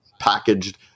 packaged